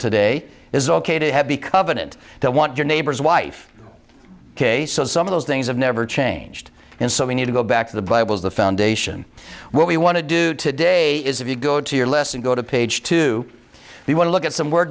today is ok to have become an it to want your neighbor's wife ok so some of those things have never changed and so we need to go back to the bible as the foundation what we want to do today is if you go to your lesson go to page two you want to look at some w